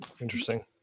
Interesting